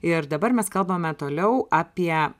ir dabar mes kalbame toliau apie